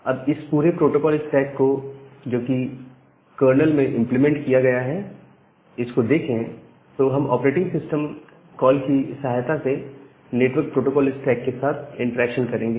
अब इस पूरे प्रोटोकोल स्टैक जो कि कर्नल में इंप्लीमेंट किया गया है इसको देखे तो हम ऑपरेटिंग सिस्टम सिस्टम कॉल की सहायता से नेटवर्क प्रोटोकोल स्टैक के साथ इंटरेक्शन करेंगे